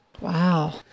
Wow